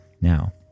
Now